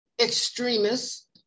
extremists